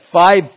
five